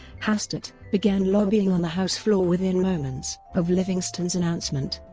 hastert began lobbying on the house floor within moments of livingston's announcement,